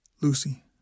Lucy